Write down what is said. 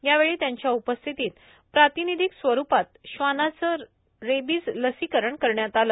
यावेळी यांच्या उपस्थितीत प्रातिनिधिक स्वरूपात श्वानाचे रेबीज लशीकरण करण्यात आले